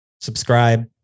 subscribe